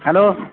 hello